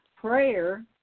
prayer